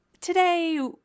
today